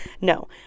No